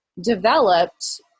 developed